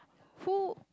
who